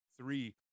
three